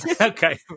Okay